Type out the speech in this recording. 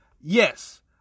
Yes